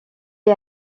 est